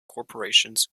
corporations